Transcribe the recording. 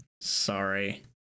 Sorry